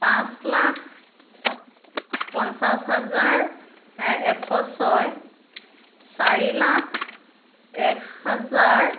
পাঁচ লাখ পঞ্চাছ হাজাৰ এশ ছয় চাৰি লাখ এক হাজাৰ